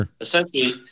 Essentially